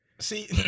See